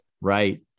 Right